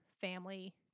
family